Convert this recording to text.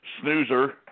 snoozer